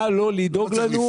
נא לא לדאוג לנו.